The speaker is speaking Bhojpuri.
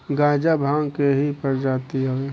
गांजा भांग के ही प्रजाति हवे